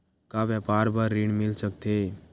का व्यापार बर ऋण मिल सकथे?